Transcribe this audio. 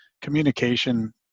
communication